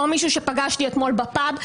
לא מישהו שפגשתי אתמול בפאב.